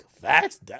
Facts